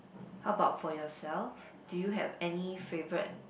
how about for yourself do you have any favourite